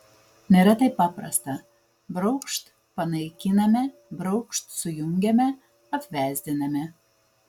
nėra taip paprasta braukšt panaikiname braukšt sujungiame apvesdiname